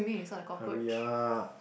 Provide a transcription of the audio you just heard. hurry up